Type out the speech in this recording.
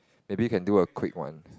maybe we can do a quick one